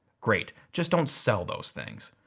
great, just don't sell those things.